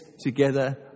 together